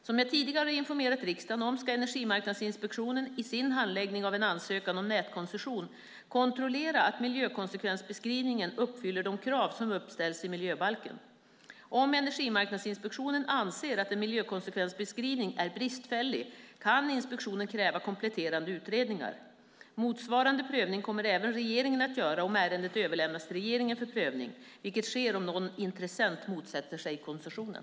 Som jag tidigare har informerat riksdagen om ska Energimarknadsinspektionen i sin handläggning av en ansökan om nätkoncession kontrollera att miljökonsekvensbeskrivningen uppfyller de krav som uppställs i miljöbalken. Om Energimarknadsinspektionen anser att en miljökonsekvensbeskrivning är bristfällig kan inspektionen kräva kompletterande utredningar. Motsvarande prövning kommer även regeringen att göra om ärendet överlämnas till regeringen för prövning, vilket sker om någon intressent motsätter sig koncessionen.